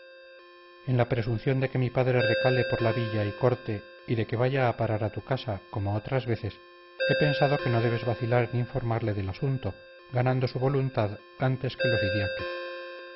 en la presunción de que mi padre recale por la villa y corte y de que vaya a parar a tu casa como otras veces he pensado que no debes vacilar en informarle del asunto ganando su voluntad antes que los